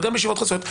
וגם בישיבות חסויות,